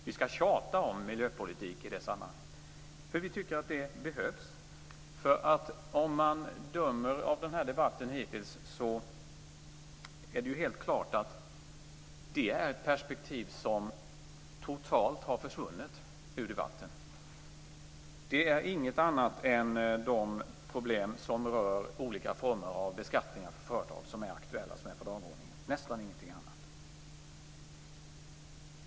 Vi skall tjata om miljöpolitik i det sammanhanget, eftersom vi anser att det behövs. Att döma av debatten hittills är det helt klart att miljöperspektivet totalt har försvunnit. Det tas inte upp några andra problem än dem som rör olika former av beskattning av företag. Nästan ingenting annat finns med på dagordningen.